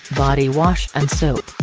body wash and soap.